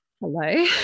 hello